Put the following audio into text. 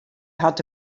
hat